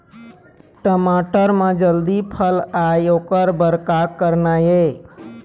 टमाटर म जल्दी फल आय ओकर बर का करना ये?